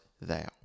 thou